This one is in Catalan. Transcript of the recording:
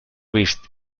vist